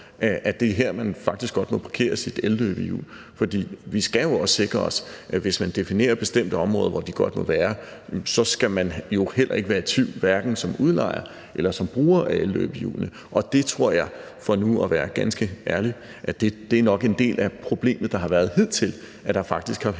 at det er her, man faktisk godt må parkere sit elløbehjul. For vi skal jo også sikre os, at hvis man definerer bestemte områder, hvor de godt må være, så skal man jo heller ikke være i tvivl, hverken som udlejer eller som bruger af elløbehjulene. Det tror jeg, for nu at være ganske ærlig, nok er en del af det problem, der har været hidtil, altså at der faktisk har